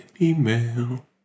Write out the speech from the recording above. email